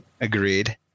agreed